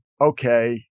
okay